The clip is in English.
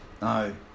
No